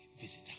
visitor